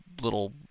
little